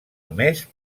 només